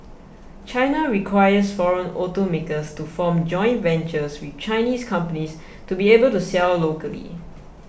China requires foreign automakers to form joint ventures with Chinese companies to be able to sell locally